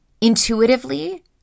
intuitively